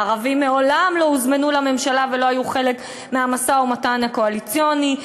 והערבים מעולם לא הוזמנו לממשלה ולא היו חלק מהמשא-ומתן הקואליציוני,